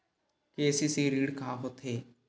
KCC ऋण का होथे?